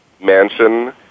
mansion